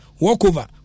walkover